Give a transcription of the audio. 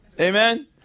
Amen